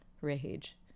rage